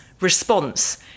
response